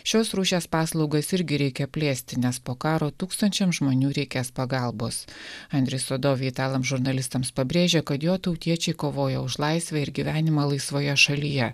šios rūšies paslaugas irgi reikia plėsti nes po karo tūkstančiams žmonių reikės pagalbos andrij sodovij italams žurnalistams pabrėžė kad jo tautiečiai kovoja už laisvę ir gyvenimą laisvoje šalyje